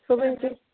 صُبحٲے چھِ